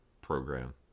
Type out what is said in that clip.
program